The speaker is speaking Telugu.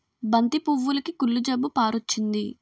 బంతి పువ్వులుకి కుళ్ళు జబ్బు పారొచ్చింది